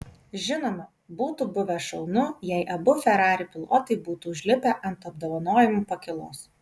žinoma būtų buvę šaunu jei abu ferrari pilotai būtų užlipę ant apdovanojimų pakylos